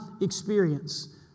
experience